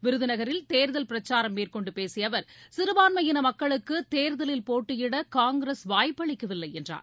விருதநகரில் தேர்தல் பிரச்சாரம் மேற்கொண்டு பேசிய அவர் சிறுபான்மையின மக்களுக்கு தேர்தலில் போட்டியிட காங்கிரஸ் வாய்ப்பு அளிக்கவில்லை என்றார்